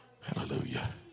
hallelujah